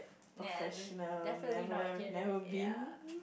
nah definitely not here ya